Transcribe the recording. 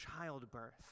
childbirth